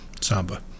Samba